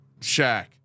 Shaq